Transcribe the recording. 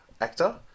actor